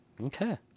Okay